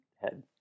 head